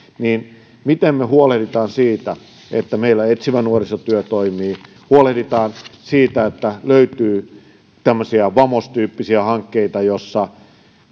miten me huolehdimme siitä että meillä etsivä nuorisotyö toimii huolehditaan siitä että löytyy tämmöisiä vamos tyyppisiä hankkeita joissa